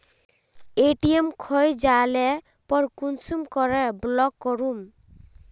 ATM खोये जाले पर कुंसम करे ब्लॉक करूम?